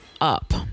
up